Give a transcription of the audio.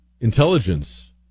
intelligence